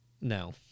no